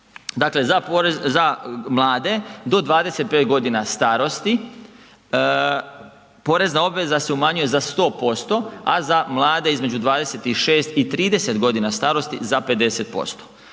Dakle, za mlade do 25 godina starosti porezna obveza se umanjuje za 100%, a za mlade između 26 i 30 godina starosti za 50%.